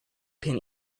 pin